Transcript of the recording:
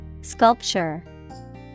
Sculpture